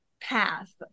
path